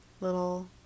little